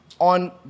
on